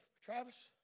Travis